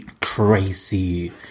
crazy